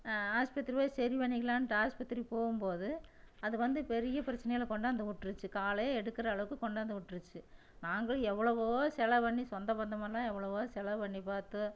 ஆஸ்பத்திரி போய் சரி பண்ணிக்கிலாம்ட்டு ஆஸ்பத்திரி போகும்போது அது வந்து பெரிய பிரச்சனையில் கொண்டாந்துவிட்ருச்சி காலே எடுக்கிற அளவுக்கு கொண்டாந்துவிட்ருச்சி நாங்களும் எவ்வளவோ செலவு பண்ணி சொந்த பந்தமெல்லாம் எவ்வளவோ செலவு பண்ணி பார்த்து